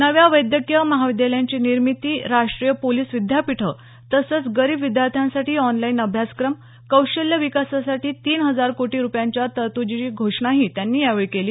नव्या वैद्यकीय महाविद्यालयांची निर्मिती राष्ट्रीय पोलिस विद्यापीठ तसंच गरीब विद्यार्थ्यांसाठी ऑनलाईन अभ्यासक्रम कौशल्य विकासासाठी तीन हजार कोटी रुपयांच्या तरत्दीची घोषणाही त्यांनी केली